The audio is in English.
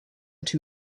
two